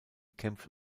kämpft